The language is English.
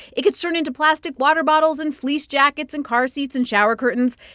it gets turned into plastic water bottles and fleece jackets and car seats and shower curtains.